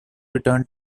return